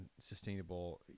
sustainable